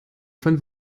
von